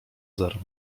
zero